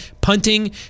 punting